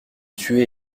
tués